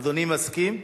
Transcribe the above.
אדוני מסכים?